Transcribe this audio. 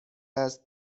است